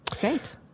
Great